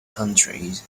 countries